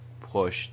push